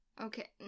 Okay